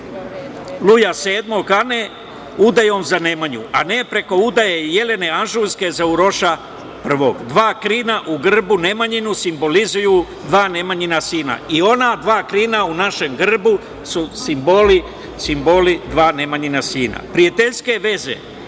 Luja VII, Ane udajom za Nemanju, a ne preko udaje Jelene Anžujske za Uroša I. Dva krina u grbu simbolizuju dva Nemanjina sina i ona dva krina u našem grbu su simboli dva Nemanjina sina. Prijateljske veze